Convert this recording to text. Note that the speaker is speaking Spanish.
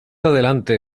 adelante